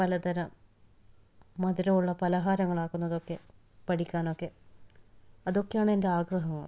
പലതരം മധുരമുള്ള പലഹാരങ്ങള് ആകുന്നതൊക്കെ പഠിക്കാനൊക്കെ അതൊക്കെയാണ് എന്റെ ആഗ്രഹങ്ങള്